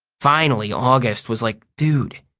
finally, august was like, dude,